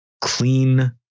clean